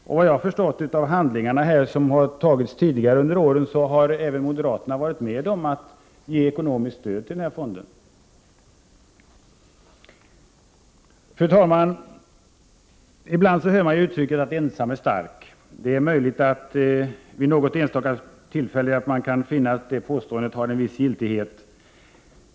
Såvitt jag kan förstå av agerandet under tidigare år har även moderaterna varit med om att ge ekonomiskt stöd till fonden. Fru talman! Ibland hör man uttrycket att ensam är stark. Det är möjligt att man vid något enstaka tillfälle kan finna att det påståendet har en viss giltighet.